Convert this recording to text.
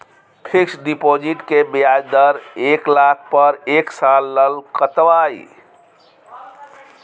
Fixed deposit के ब्याज दर एक लाख पर एक साल ल कतबा इ?